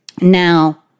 Now